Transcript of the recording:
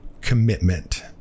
commitment